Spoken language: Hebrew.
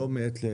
לא מעת לעת.